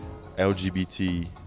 LGBT